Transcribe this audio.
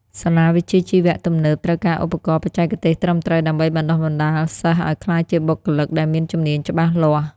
សាលាវិជ្ជាជីវៈទំនើបត្រូវការឧបករណ៍បច្ចេកទេសត្រឹមត្រូវដើម្បីបណ្តុះបណ្តាលសិស្សឱ្យក្លាយជាបុគ្គលិកដែលមានជំនាញច្បាស់លាស់។